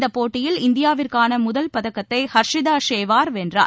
இந்த போட்டியில் இந்தியாவிற்கான முதல் பதக்கத்தை ஹர்ஷிதா ஷேர்வார் வென்றார்